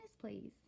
please